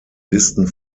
listen